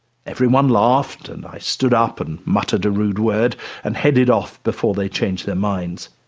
everyone laughed and i stood up and muttered a rude word and headed off before they changed their minds.